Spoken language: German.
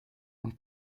und